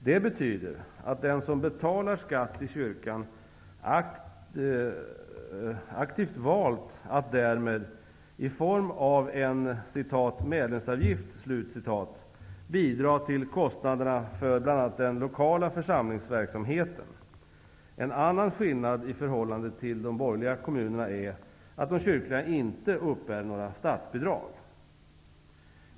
Det betyder att den som betalar skatt till kyrkan aktivt valt att därmed i form av en ''medlemsavgift'' bidra till kostnaderna för bl.a. den lokala församlingsverksamheten. En annan skillnad i förhållande till de borgerliga kommunerna är att de kyrkliga inte uppbär några statsbidrag.